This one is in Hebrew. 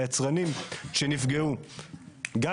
אם אנו מסתכלים על האנשים שבדרך,